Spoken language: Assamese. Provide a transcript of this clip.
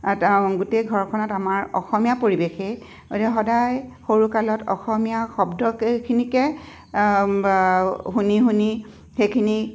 গোটেই ঘৰখনত আমাৰ অসমীয়া পৰিৱেশেই গতিকে সদায় সৰুকালত অসমীয়া শব্দকেইখিনিকে শুনি শুনি সেইখিনি